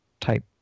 type